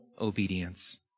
obedience